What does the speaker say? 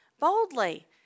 boldly